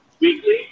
weekly